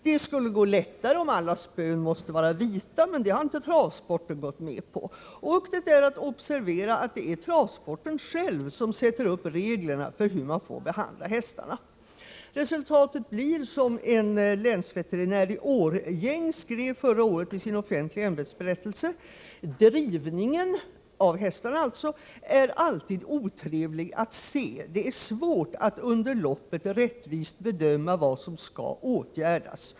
Det skulle gå lättare om alla spön måste vara vita, men det har inte travsporten gått med på. Och det är att observera att det är travsporten själv som sätter upp reglerna för hur man får behandla hästarna. Resultatet blir, som en länsveterinär i Årjäng skrev förra året i sin offentliga ämbetsberättelse: ”Drivningen” — av hästarna — ”är alltid otrevlig att se. Det är svårt att under loppet rättvist bedöma vad som skall åtgärdas.